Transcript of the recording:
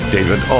David